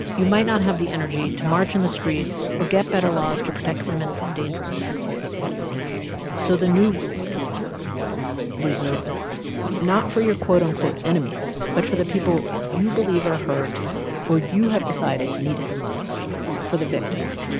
you might not have the energy to march in the streets or get better laws to protect women from dangerous exes so the new rule is reserve it not for your, quote, unquote, enemies but for the people you believe are hurt or you have decided need it the most for the victims,